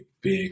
big